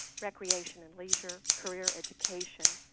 recreation and leisure, career education,